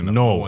no